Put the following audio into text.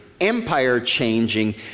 empire-changing